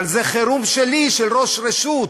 אבל זה חירום שלי, של ראש רשות,